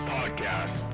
Podcast